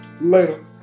Later